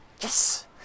Yes